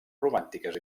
romàntiques